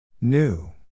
New